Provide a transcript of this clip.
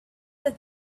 that